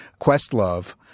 Questlove